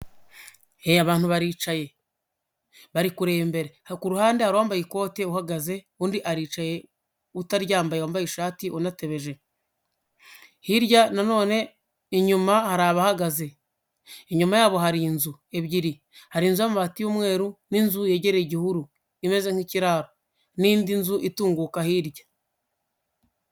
He abantu baricaye, bari kure imbere, aha ku ruhande abambaye ikote uhagaze undi aricaye, utaryambaye yambaye ishati unatebeje, hirya none, inyuma hari abahagaze, inyuma yabo hari inzu ebyiri, hari nzu y' amabati y'umweru n'inzu yegereye igihuru imeze nk'ikiraro, n'indi nzu itunguka hirya.